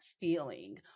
feeling